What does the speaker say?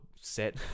set